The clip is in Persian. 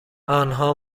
آنها